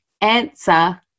answer